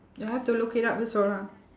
I have to look it up also lah